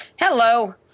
Hello